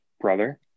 brother